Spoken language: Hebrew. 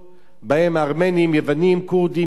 בהן הארמנים, יוונים, כורדים, יהודים.